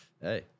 Hey